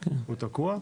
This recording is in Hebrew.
לחלוטין, הוא תקוע.